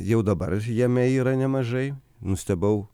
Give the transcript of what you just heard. jau dabar jame yra nemažai nustebau